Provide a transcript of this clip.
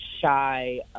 shy